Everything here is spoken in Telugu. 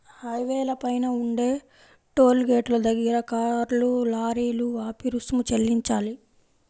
హైవేల పైన ఉండే టోలు గేటుల దగ్గర కార్లు, లారీలు ఆపి రుసుము చెల్లించాలి